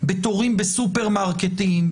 בתורים בסופרמרקטים,